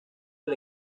del